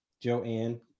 Joanne